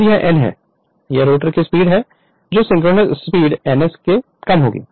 और यह n है यह रोटर की स्पीड है जो सिंक्रोनस स्पीड ns से कम होगी